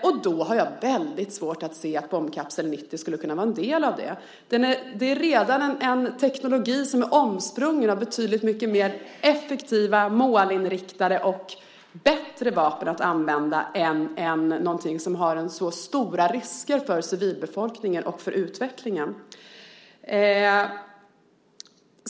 Jag har väldigt svårt att se att bombkapsel 90 skulle kunna vara en del av det. Det är en teknologi som redan är omsprungen av betydligt mer effektiva, målinriktade och bättre vapen att använda än någonting som medför så stora risker för civilbefolkningen och för utvecklingen.